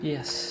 Yes